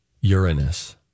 Uranus